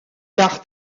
car